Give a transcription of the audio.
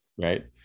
Right